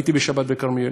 הייתי בשבת בכרמיאל.